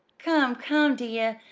come, come, dear,